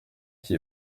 qui